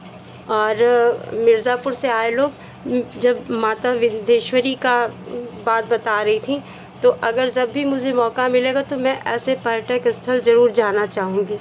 और मिर्ज़ापुर से आए लोग जब माता विंदेश्वरी का बात बता रही थीं तो अगर ज़ब भी मुझे मौका मिलेगा तो मैं ऐसे पर्यटक स्थल जरूर जाना चाहूँगी